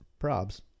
Probs